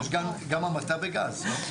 גם המתה בגז.